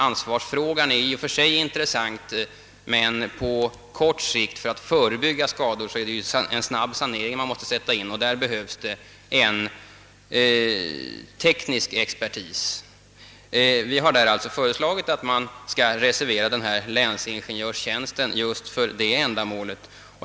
Ansvarsfrågan är i och för sig intressant, men när det gäller att förebygga skador är det viktigt att man sätter in en snabb sanering och för det behövs teknisk expertis, Vi har alltså föreslagit att man skall reservera denna länsingenjörstjänst just för detta ändamål.